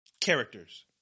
characters